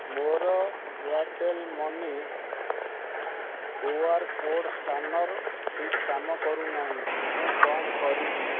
ମୋର Airtel money Q R code scanner ଠିକ୍ କାମ କରୁନାହିଁ ମୁଁ କ'ଣ କରିବି